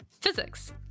Physics